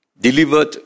delivered